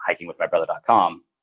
hikingwithmybrother.com